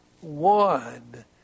one